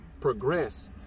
progress